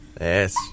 Yes